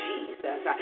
Jesus